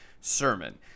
sermon